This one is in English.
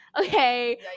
Okay